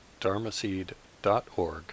dharmaseed.org